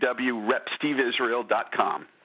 www.repsteveisrael.com